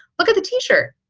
look at the t-shirt,